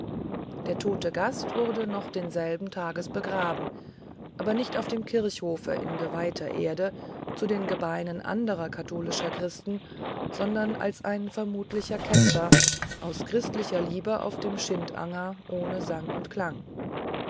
der tote gast wurde noch desselben tages begraben aber nicht auf dem kirchhofe in geweihter erde zu den gebeinen anderer katholischer christen sondern als ein vermutlicher ketzer aus christlicher liebe auf dem schindanger ohne sang und klang